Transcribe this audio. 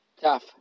tough